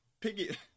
Piggy